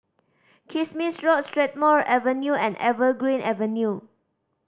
Kismis Road Strathmore Avenue and Evergreen Avenue